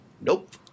nope